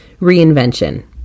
reinvention